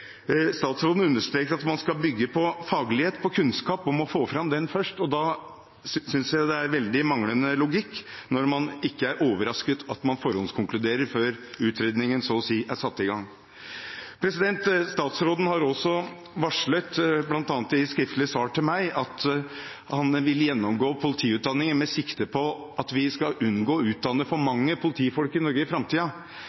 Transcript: Statsråden understreket at man skal bygge på faglighet og på kunnskap og må få fram den først. Da synes jeg det er en manglende logikk når man ikke er overrasket over at man forhåndskonkluderer før utredningen så å si er satt i gang. Statsråden har bl.a. i skriftlig svar til meg også varslet at han vil gjennomgå politiutdanningen med sikte på å unngå å utdanne for